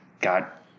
got